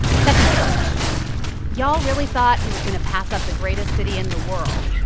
second quote y'all really thought he was going to pass up the greatest city in the world?